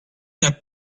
n’as